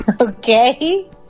Okay